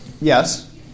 yes